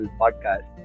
podcast